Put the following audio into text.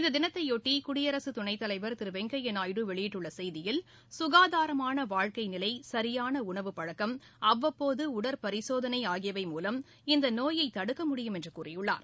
இந்த தினத்தையொட்டி குடியரசு துணைத்தலைவர் திரு வெங்கையா நாயுடு வெளியிட்டுள்ள செய்தியில் சுகாதாரமான வாழ்க்கை நிலை சரியான உணவுப் பழக்கம் அவ்வப்போது உடற்பரிசோதனை ஆகியவை மூலம் இந்த நோயை தடுக்க முடியும் என்று கூறியுள்ளார்